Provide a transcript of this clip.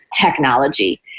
technology